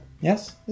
yes